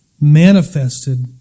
manifested